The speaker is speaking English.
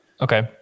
okay